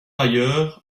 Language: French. ailleurs